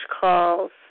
calls